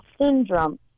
syndrome